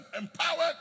Empowered